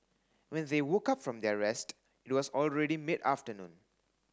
when they woke up from their rest it was already mid afternoon